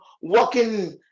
walking